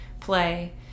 play